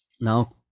Now